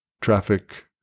traffic